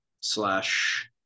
slash